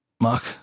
Mark